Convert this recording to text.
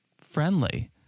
friendly